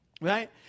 Right